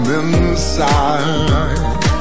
inside